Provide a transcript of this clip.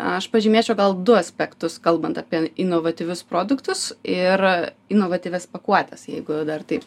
aš pažymėčiau gal du aspektus kalbant apie inovatyvius produktus ir inovatyvias pakuotes jeigu dar taip